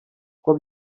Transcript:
uko